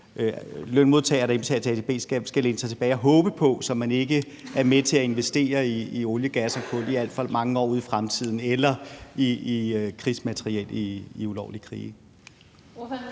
lønmodtager, der indbetaler til ATP, skal læne sig tilbage og håbe på, så man ikke er med til at investere i olie, gas og kul i alt for mange år ud i fremtiden eller i krigsmateriel i ulovlige krige?